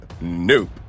Nope